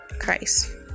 christ